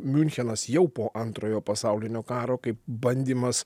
miunchenas jau po antrojo pasaulinio karo kaip bandymas